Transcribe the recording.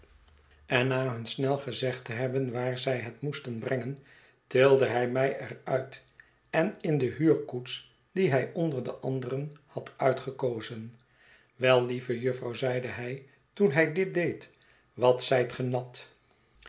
en na hun snel gezegd te hebben waar zij het moesten brengen tilde hij mij er uit en in de huurkoets die hij onder de anderen had uitgekozen wel lieve jufvrouw zeide hij toen hij dit deed wat zijt ge nat